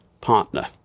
partner